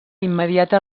immediata